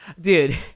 Dude